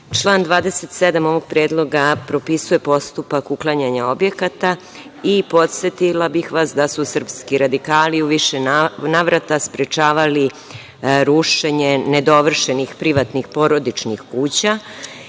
član 27. ovog predloga propisuje postupak uklanjanja objekata i podsetila bih vas da su srpski radikali u više navrata sprečavali rušenje nedovršenih privatnih porodičnih